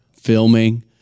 filming